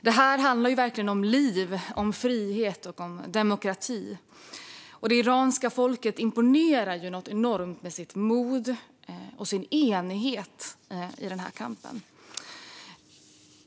Detta handlar verkligen om liv, frihet och demokrati, och det iranska folket imponerar enormt med sitt mod och sin enighet i denna kamp.